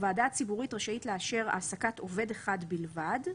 (ב)הוועדה הציבורית רשאית לאשר העסקת עובד אחד בלבד,